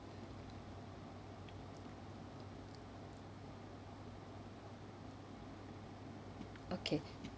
okay